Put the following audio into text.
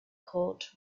court